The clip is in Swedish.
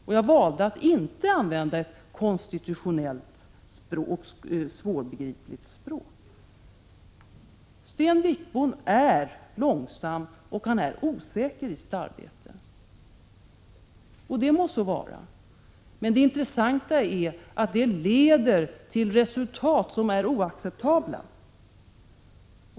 Och jag har valt att inte använda ett svårbegripligt, konstitutionellt språk. Sten Wickbom är långsam och osäker i sitt arbete, och det må så vara. Men det intressanta är att det ger resultat som är oacceptabla.